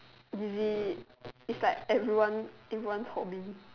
busy it's like everyone everyone's hobby